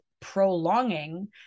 prolonging